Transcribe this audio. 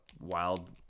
wild